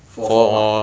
four four what